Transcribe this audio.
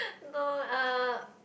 no uh